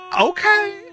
okay